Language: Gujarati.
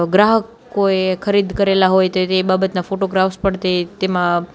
ગ્રાહક કોઈએ ખરીદ કરેલા હોય તે તે બાબતના ફોટોગ્રાફ્સ પણ તે તેમાં